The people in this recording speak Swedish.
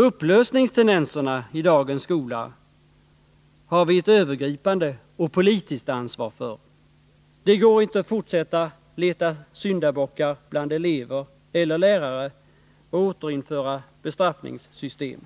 Upplösningstendenserna i dagens skola har vi ett övergripande och politiskt ansvar för — det går inte att fortsätta leta syndabockar bland elever och lärare eller återinföra bestraffningssystem.